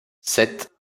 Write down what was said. sept